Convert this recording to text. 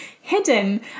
hidden